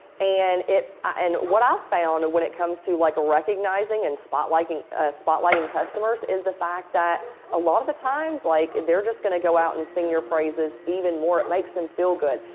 and it and what i found when it comes to like a recognizing and spot lighting ah spotlighting customers is the fact that a lot of the times like they're just going to go out and sing your praises even more it makes them feel good.